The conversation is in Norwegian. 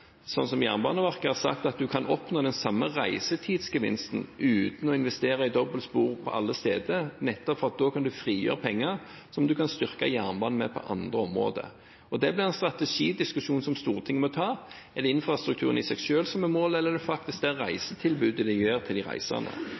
som Jernbaneverket, har sagt at en kan oppnå den samme reisetidsgevinsten uten å investere i dobbeltspor alle steder, nettopp for at en da kan frigjøre penger som en kan styrke jernbanen med på andre områder. Det blir en strategidiskusjon som Stortinget må ta: Er det infrastrukturen i seg selv som er målet, eller er det faktisk det reisetilbudet den gir til de reisende?